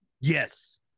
Yes